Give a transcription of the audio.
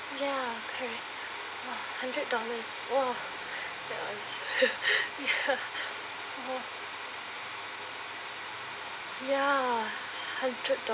ya correct hundred dollars !wah! that was ya ya hundred